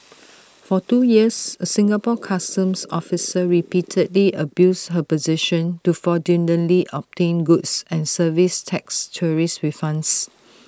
for two years A Singapore Customs officer repeatedly abused her position to fraudulently obtain goods and services tax tourist refunds